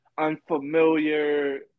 unfamiliar